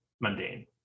mundane